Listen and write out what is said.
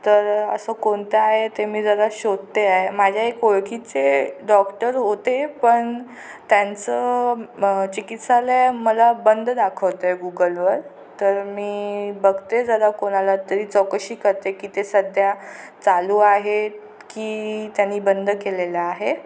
तर असं कोणतं आहे ते मी जरा शोधते आहे माझ्या एक ओळखीचे डॉक्टर होते पण त्यांचं चिकित्सालय मला बंद दाखवतं आहे गुगलवर तर मी बघते जरा कोणाला तरी चौकशी करते की ते सध्या चालू आहे की त्यांनी बंद केलेलं आहे